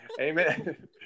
Amen